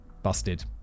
Busted